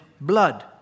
blood